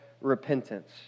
repentance